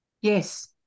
yes